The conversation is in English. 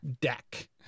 deck